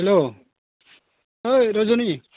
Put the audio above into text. hello ओइ रज'नि